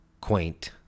quaint